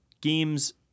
games